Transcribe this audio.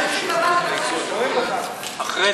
אז מה אם ביקשת, ואחריה,